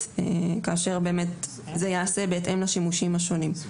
כאשר באמת זה ייעשה בהתאם לשימושים השונים.